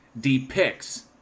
depicts